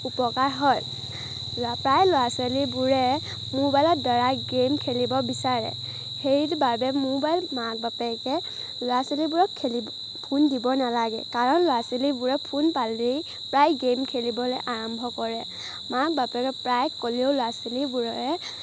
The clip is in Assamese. উপকাৰ হয় প্ৰায় ল'ৰা ছোৱালীবোৰে মোবাইলৰদ্বাৰা গেম খেলিব বিচাৰে সেইবাবে মোবাইল মাক বাপেকে ল'ৰা ছোৱালীবোৰক খেলিব ফোন দিব নালাগে কাৰণ ল'ৰা ছোৱালীবোৰে ফোন পালেই প্ৰায় গেম খেলিবলৈ আৰম্ভ কৰে মাক বাপেকে প্ৰায় ক'লেও ল'ৰা ছোৱালীবোৰে